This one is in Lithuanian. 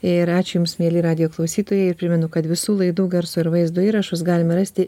ir ačiū jums mieli radijo klausytojaiir primenu kad visų laidų garso ir vaizdo įrašus galima rasti žinių